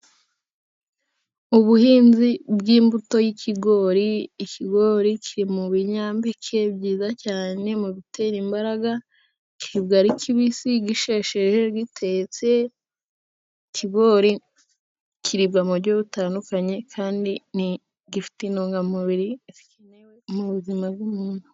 Ubuhinzi bw'imbuto y'ikigori. Ikigori kiri mu binyampeke byiza cyane mu bitera imbaraga. Kiribwa ari kibisi, gishesheje, bitetse, ikigori kiribwa mu buryo butandukanye kandi gifite intungamubiri zikenewe mu buzima bw'umuntu.